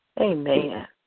Amen